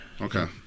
Okay